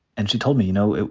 and she told me, you know,